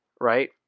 right